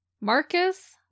Marcus